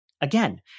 Again